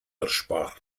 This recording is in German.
erspart